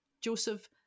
joseph